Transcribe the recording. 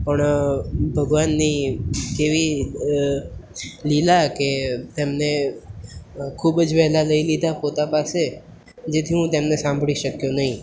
પણ ભગવનાની કેવી લીલા કે તેમને ખૂબ જ વહેલા લઈ લીધા પોતા પાસે જેથી હું તેમને સાંભળી શક્યો નહીં